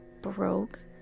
broke